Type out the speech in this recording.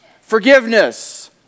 forgiveness